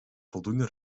voldoende